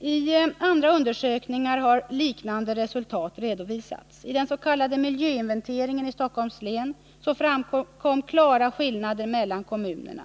I andra undersökningar har liknande resultat redovisats. I den s.k. miljöinventeringen i Stockholms län framkom klara skillnader mellan kommunerna.